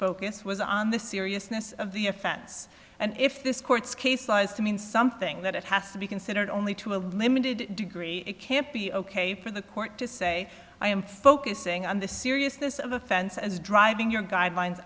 focus was on the seriousness of the offense and if this court's case lies to mean something that it has to be considered only to a limited degree it can't be ok for the court to say i am focusing on the seriousness of offense as driving your guidelines